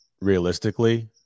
realistically